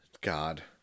God